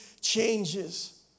changes